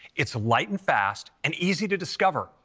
it's light and fast and easy to discover,